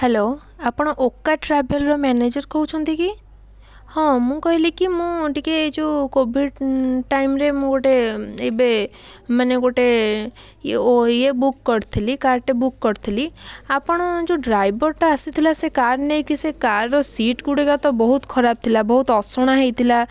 hello ଆପଣ ଓକା ଟ୍ରାଭେଲ୍ର ମ୍ୟାନେଜର୍ କହୁଛନ୍ତି କି ହଁ ମୁଁ କହିଲି କି ମୁଁ ଟିକେ ଯେଉଁ କୋଭିଡ୍ ଟାଇମ୍ରେ ମୁଁ ଗୋଟେ ଏବେ ମାନେ ଗୋଟେ ଇଏ ବୁକ୍ କରିଥିଲି କାର୍ଟେ ବୁକ୍ କରିଥିଲି ଆପଣ ଯେଉଁ ଡ୍ରାଇଭର୍ଟା ଆସିଥିଲା ସେ କାର୍ ନେଇକି ସେ କାର୍ର ସିଟ୍ଗୁଡିକ ତ ବହୁତ ଖରାପ୍ ଥିଲା ବହୁତ ଅସନା ହୋଇଥିଲା